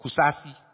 kusasi